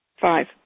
Five